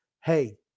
hey